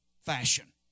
fashion